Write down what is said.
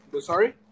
Sorry